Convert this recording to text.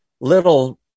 little